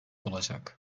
olacak